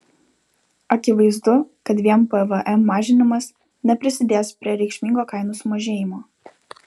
akivaizdu kad vien pvm mažinimas neprisidės prie reikšmingo kainų sumažėjimo